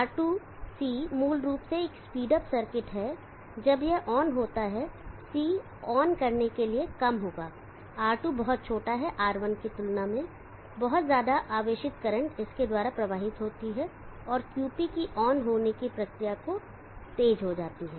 R2 C मूल रूप से एक स्पीड अप सर्किट है जब यह ऑन होता है C ऑन करने के लिए कम होगा R2 बहुत छोटा है R1 की तुलना में बहुत ज्यादा आवेशित करंट इसके द्वारा प्रवाहित होता है और QP की ऑन होने की प्रक्रिया तेज हो जाती है